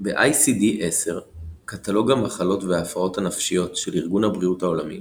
ב-ICD 10 קטלוג המחלות וההפרעות הנפשיות של ארגון הבריאות העולמי